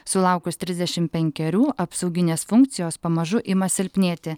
sulaukus trisdešimt penkerių apsauginės funkcijos pamažu ima silpnėti